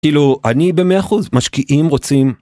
כאילו, אני במאה אחוז. משקיעים רוצים.